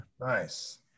Nice